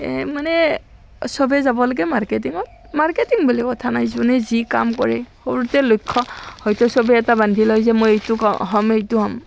এই মানে চবেই যাব লাগে মাৰ্কেটিঙত মাৰ্কেটিং বুলি কথা নাই যোনেই যি কাম কৰে সৰুতেই লক্ষ্য হয়তো চবেই এটা বান্ধি লয় যে মই এইটো হ'ম এইটো হ'ম